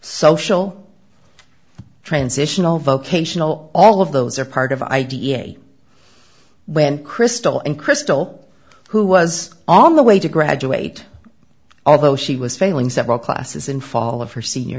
social transitional vocational all of those are part of id a when crystal and crystal who was on the way to graduate although she was failing several classes in fall of her senior